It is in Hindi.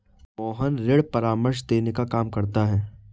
मोहन ऋण परामर्श देने का काम करता है